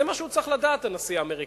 זה מה שהוא צריך לדעת, הנשיא האמריקני.